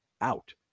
out